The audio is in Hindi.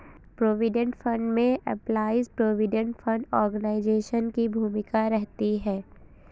प्रोविडेंट फंड में एम्पलाइज प्रोविडेंट फंड ऑर्गेनाइजेशन की भूमिका रहती है